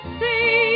see